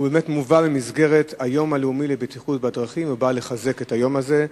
היא מובאת במסגרת היום הלאומי לבטיחות בדרכים ובאה לחזק את היום הזה.